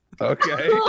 Okay